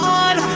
on